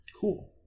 Cool